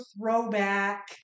throwback